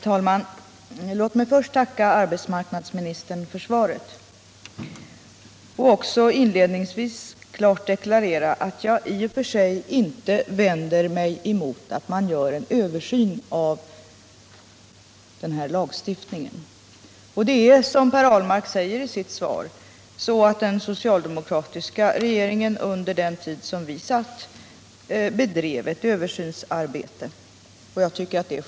Herr talman! Låt mig först tacka arbetsmarknadsministern för svaret och inledningsvis klart deklarera att jag i och för sig inte vänder mig mot att man gör en översyn av lagstiftningen. Det är, som Per Ahlmark säger i sitt svar, så att vi i den socialdemokratiska regeringen, under den tid vi satt, bedrev ett översynsarbete.